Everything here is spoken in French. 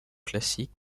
classiques